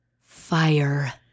Fire